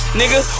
nigga